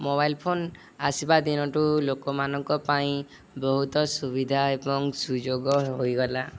mobile phone ଆସିବା ଦିନ ଠୁ ଲୋକମାନଙ୍କ ପାଇଁ ବହୁତ ସୁବିଧା ଏବଂ ସୁଯୋଗ ହୋଇଗଲା